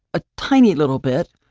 a tiny little bit,